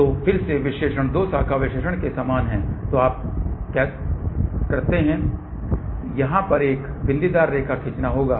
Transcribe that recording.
तो फिर से विश्लेषण दो शाखा विश्लेषण के समान है जो आप करते हैं यहां पर एक बिंदीदार रेखा खींचना होगा